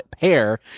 pair